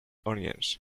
onions